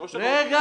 לא כל ההסעות?